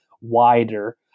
wider